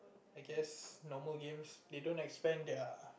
I guess normal games they don't expand their